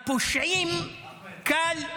לפושעים קל.